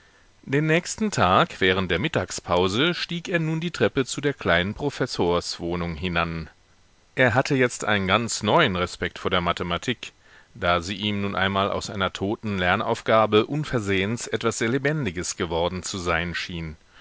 den nächsten tag während der mittagspause stieg er nun die treppe zu der kleinen professorswohnung hinan er hatte jetzt einen ganz neuen respekt vor der mathematik da sie ihm nun einmal aus einer toten lernaufgabe unversehens etwas sehr lebendiges geworden zu sein schien